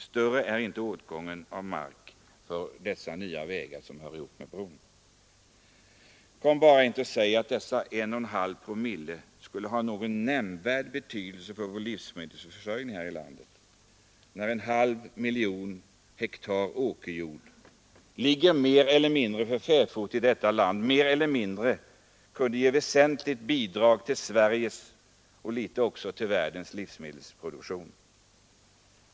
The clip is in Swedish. Större är inte åtgången av mark för de nya vägarna som hör ihop med bron. Kom bara inte och säg att dessa en och en halv promille skulle ha någon nämnvärd betydelse för vår livsmedelsförsörjning här i landet. En halv miljon hektar åkerjord ligger mer eller mindre för fäfot i detta land och kunde ge ett väsentligt bidrag till Sveriges — och litet också till världens — livsmedelsproduktion.